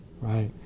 Right